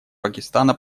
пакистана